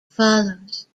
follows